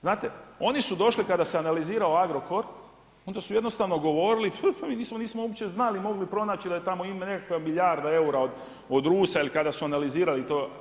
Znate oni su došli kada se analizirao Agrokor, onda su jednostavno govorili pa mi nismo uopće znali, mogli pronaći da je tamo, ima nekakva milijarda eura od Rusa ili kada su analizirali to.